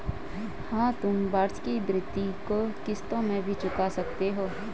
हाँ, तुम वार्षिकी भृति को किश्तों में भी चुका सकते हो